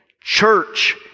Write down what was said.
church